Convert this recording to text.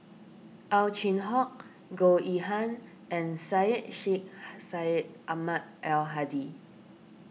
Ow Chin Hock Goh Yihan and Syed Sheikh Syed Ahmad Al Hadi